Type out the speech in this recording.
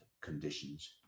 conditions